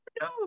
No